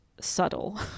subtle